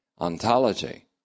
ontology